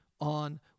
on